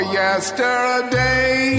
yesterday